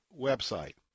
website